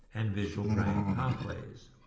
and visual brain pathways.